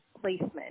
placement